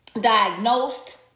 diagnosed